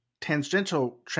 tangential